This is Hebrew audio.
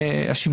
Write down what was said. השימושים.